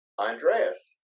andreas